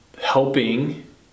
helping